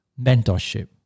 mentorship